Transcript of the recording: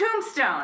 Tombstone